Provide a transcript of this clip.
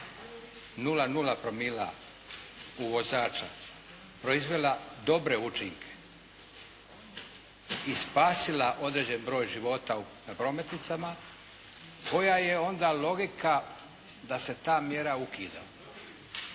0,0 promila u vozača proizvela dobre učinke i spasila određen broj života na prometnicama, koja je onda logika da se ta mjera ukida.